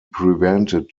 prevented